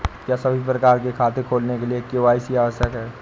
क्या सभी प्रकार के खाते खोलने के लिए के.वाई.सी आवश्यक है?